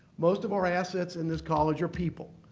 most of our assets in this college are people,